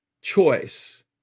choice